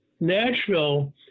Nashville